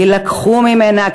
יילקחו ממנה,